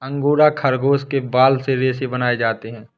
angora खरगोश के बाल से रेशे बनाए जाते हैं